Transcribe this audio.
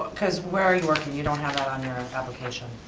cause where are you working, you don't have it on your and application.